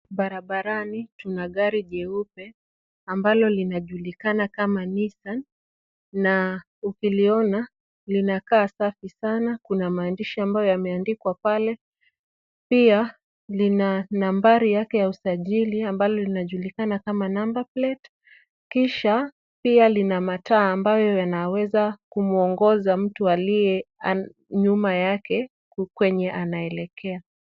Barabarani tuna gari jeupe ambalo linajulikana kama Nissan na ukiliona linakaa safi sana. Kuna maandishi ambayo yameandikwa pale. Pia lina nambari yake ya usajili, ambayo linajulikana kama number plate . Kisha pia lina mataa ambayo yanaweza kumuongoza mtu aliye nyuma yake kwenye anaelekea.